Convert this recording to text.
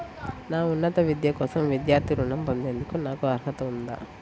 నా ఉన్నత విద్య కోసం విద్యార్థి రుణం పొందేందుకు నాకు అర్హత ఉందా?